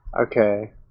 Okay